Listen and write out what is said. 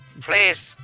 Please